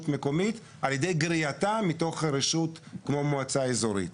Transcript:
מקומית על ידי גריעתה מתוך הרשות כמו מועצה אזורית.